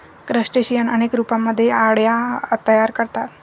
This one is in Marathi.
क्रस्टेशियन अनेक रूपांमध्ये अळ्या तयार करतात